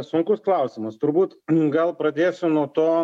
sunkus klausimas turbūt gal pradėsiu nuo to